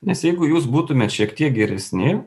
nes jeigu jūs būtumėt šiek tiek geresni